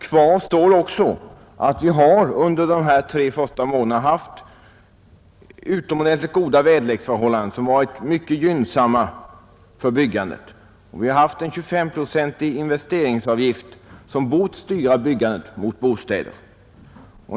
Kvar står också att vi under dessa tre första månader haft väderleksförhållanden som varit mycket 93 gynnsamma för byggandet. Vi har en 25-procentig investeringsavgift som borde styra byggandet mot bostäder.